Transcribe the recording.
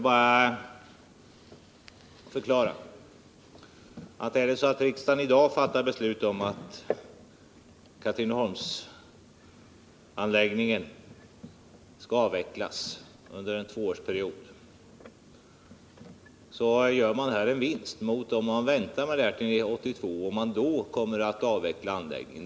Herr talman! Om riksdagen i dag fattar beslut om att Katrineholmsanläggningen skall avvecklas under en tvåårsperiod, gör vi en vinst mot om vi väntar till 1982 och då avvecklar anläggningen.